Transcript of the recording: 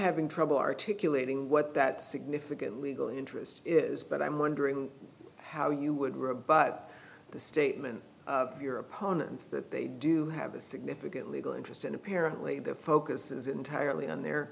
having trouble articulating what that significant legal interest is but i'm wondering how you would rebut the statement your opponents that they do have a significant legal interest in apparently their focus is entirely on their